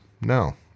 No